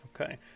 okay